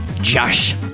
Josh